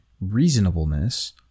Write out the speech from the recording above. reasonableness